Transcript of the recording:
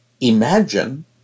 imagine